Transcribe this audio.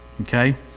Okay